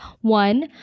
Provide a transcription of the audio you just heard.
one